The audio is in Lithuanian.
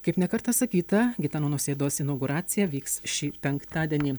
kaip ne kartą sakyta gitano nausėdos inauguracija vyks šį penktadienį